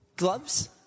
Gloves